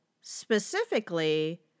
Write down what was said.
specifically